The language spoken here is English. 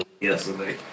yesterday